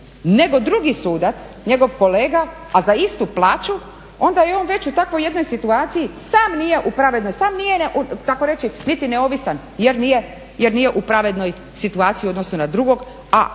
nego drugi sudac, njegov kolega, a za istu plaću, onda je on već u takvoj jednoj situaciji, sam nije u pravednoj, sam nije tako reći niti neovisan jer nije u pravednoj situaciji u odnosu na drugog a